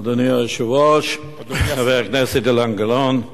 אדוני היושב-ראש, חבר הכנסת אילן גילאון,